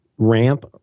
Ramp